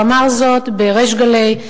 הוא אמר זאת בריש גלי,